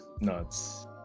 nuts